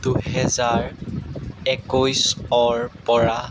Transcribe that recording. দুহেজাৰ একৈছৰ পৰা